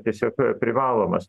tiesiog a privalomas